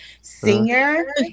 Singer